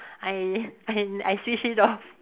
I and I switched it off